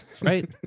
right